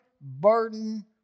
burden